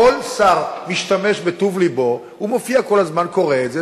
כל שר משתמש בטוב לבו והוא מופיע כל הזמן וקורא את זה.